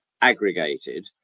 aggregated